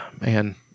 man